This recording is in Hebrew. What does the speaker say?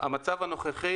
המצב הנוכחי,